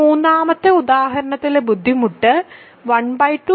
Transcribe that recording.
ഈ മൂന്നാമത്തെ ഉദാഹരണത്തിലെ ബുദ്ധിമുട്ട് ½